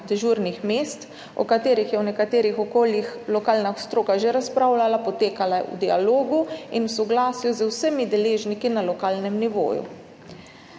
dežurnih mest, o katerih je v nekaterih okoljih lokalna stroka že razpravljala, potekale v dialogu in v soglasju z vsemi deležniki na lokalnem nivoju.